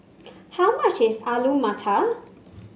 how much is Alu Matar